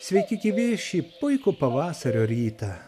sveiki gyvi šį puikų pavasario rytą